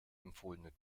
empfohlene